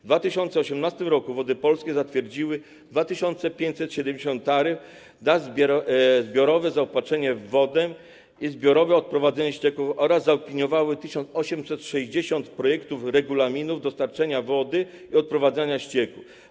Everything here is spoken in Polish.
W 2018 r. Wody Polskie zatwierdziły 2570 taryf za zbiorowe zaopatrzanie w wodę i zbiorowe odprowadzanie ścieków oraz zaopiniowały 1860 projektów regulaminów dostarczania wody i odprowadzania ścieków.